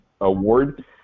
Award